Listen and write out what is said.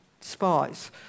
spies